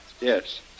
Yes